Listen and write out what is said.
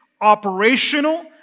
operational